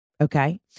Okay